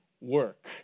work